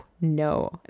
no